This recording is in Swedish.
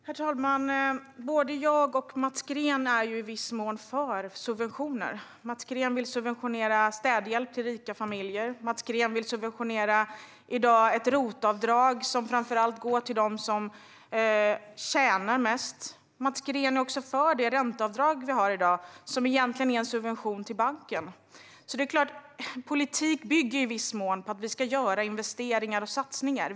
Herr talman! Både jag och Mats Green är i viss mån för subventioner. Mats Green vill subventionera städhjälp till rika familjer. Mats Green vill subventionera ett ROT-avdrag som framför allt går till dem som tjänar mest. Mats Green är också för dagens ränteavdrag, som egentligen är en subvention till banken. Politik bygger till viss del på att vi ska göra investeringar och satsningar.